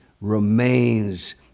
remains